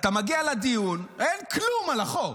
אתה מגיע לדיון, אין כלום על החוק.